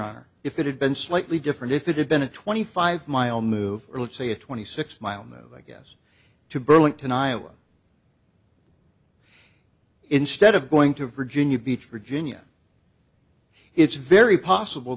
honor if it had been slightly different if it had been a twenty five mile move or let's say a twenty six mile move i guess to burlington iowa instead of going to virginia beach virginia it's very possible